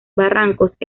barrancos